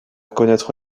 connaître